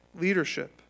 leadership